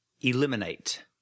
Eliminate